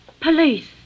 Police